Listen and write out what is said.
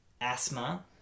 asthma